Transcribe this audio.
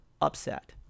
upset